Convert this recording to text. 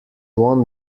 won